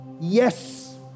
Yes